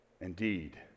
Indeed